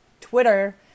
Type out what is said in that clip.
Twitter